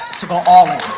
to go all-in,